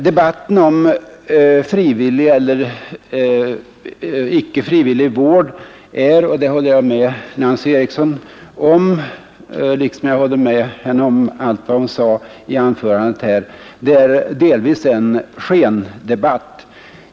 Debatten om frivillig eller icke frivillig vård är — det håller jag med Nancy Eriksson om liksom jag också instämmer i det mesta som hon sade i sitt anförande — delvis en skendebatt.